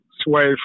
sway